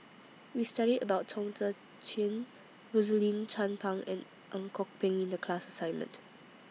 We studied about Chong Tze Chien Rosaline Chan Pang and Ang Kok Peng in The class assignment